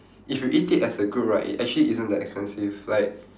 if you eat it as a group right it actually isn't that expensive like